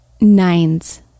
nines